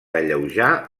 alleujar